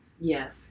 Yes